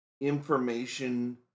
information